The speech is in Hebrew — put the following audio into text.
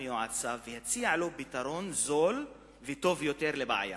מיועציו והציע לו פתרון זול וטוב יותר לבעיה: